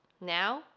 now